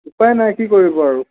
উপায় নাই কি কৰিব আৰু